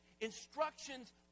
instructions